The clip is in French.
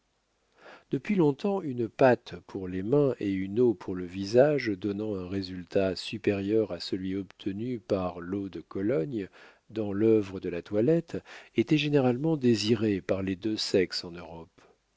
depuis long-temps une pâte pour les mains et une eau pour le visage donnant un résultat supérieur à celui obtenu par l'eau de cologne dans l'œuvre de la toilette étaient généralement désirées par les deux sexes en europe